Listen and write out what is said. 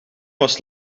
was